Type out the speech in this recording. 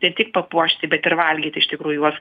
ne tik papuošti bet ir valgyti iš tikrųjų juos